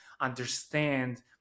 understand